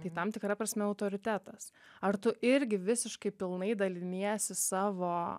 tai tam tikra prasme autoritetas ar tu irgi visiškai pilnai daliniesi savo